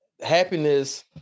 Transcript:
happiness